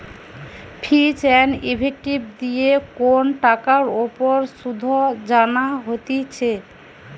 ফিচ and effective দিয়ে কন টাকার উপর শুধ জানা হতিছে